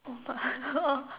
oh